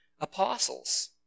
apostles